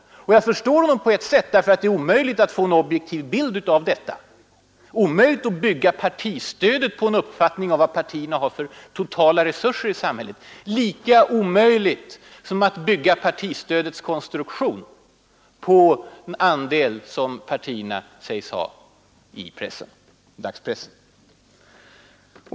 På ett sätt förstår jag honom i det fallet. Det är omöjligt att få en objektiv bild av allt detta. Man kan omöjligen bygga partistödet på en uppfattning om vad partierna har för totala resurser i samhället. Det är lika omöjligt som att bygga partistödets konstruktion på den andel som partierna sägs ha av dagspressen.